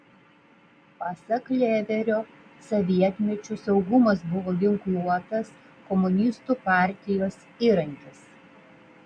pasak lėverio sovietmečiu saugumas buvo ginkluotas komunistų partijos įrankis